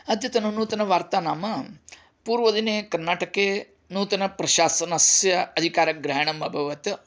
अद्यतन नूतनवार्ता नाम पूर्वदिने कर्णाटके नूतनप्रशासनस्य अधिकारग्रहणम् अभवत्